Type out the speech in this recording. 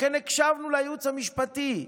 לכן הקשבנו לייעוץ המשפטי,